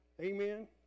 Amen